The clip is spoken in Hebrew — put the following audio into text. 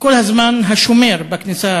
כל הזמן השומר בכניסה